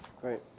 Great